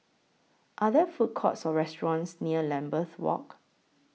Are There Food Courts Or restaurants near Lambeth Walk